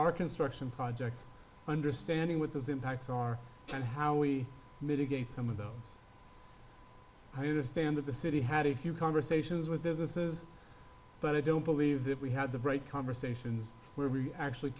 our construction projects understanding what those impacts are and how we mitigate some of those i understand that the city had a few conversations with businesses but i don't believe that we had the break conversations where we actually